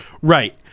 Right